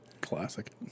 Classic